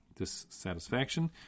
dissatisfaction